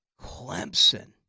Clemson